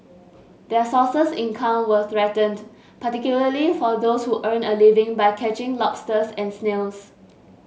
their sources income were threatened particularly for those who earn a living by catching lobsters and snails